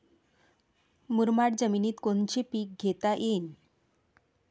मुरमाड जमिनीत कोनचे पीकं घेता येईन?